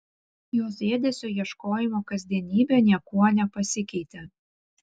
jos ėdesio ieškojimo kasdienybė niekuo nepasikeitė